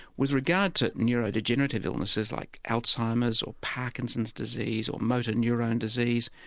with regard to neuro-degenerative illnesses like alzheimer's or parkinson's disease or motor neurone disease,